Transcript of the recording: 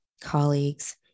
colleagues